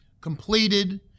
completed